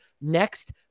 next